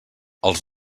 els